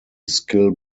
skill